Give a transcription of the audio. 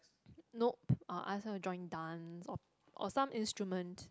nope I will ask her to join dance or or some instrument